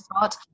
thought